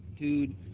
Dude